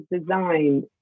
designed